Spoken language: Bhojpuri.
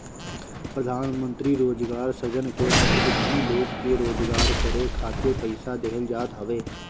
प्रधानमंत्री रोजगार सृजन के तहत भी लोग के रोजगार करे खातिर पईसा देहल जात हवे